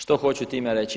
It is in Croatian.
Što hoću time reći?